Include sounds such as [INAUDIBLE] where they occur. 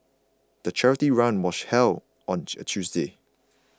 the charity run was held on [UNINTELLIGIBLE] a Tuesday